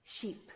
sheep